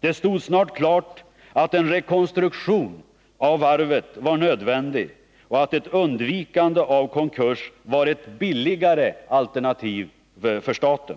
Det framgick snart att en rekonstruktion av varvet var nödvändig och att ett undvikande av konkurs var ett billigare alternativ för staten.